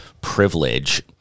privilege